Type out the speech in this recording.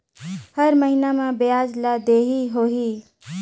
हर महीना मा ब्याज ला देहे होही?